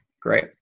Great